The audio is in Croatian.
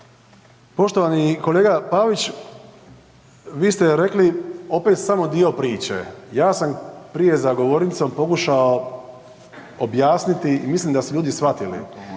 Poštovani kolega Pavić, vi ste rekli opet samo dio priče. Ja sam prije za govornicom pokušao objasniti i mislim da su ljudi shvatili.